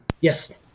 Yes